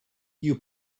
you